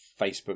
Facebook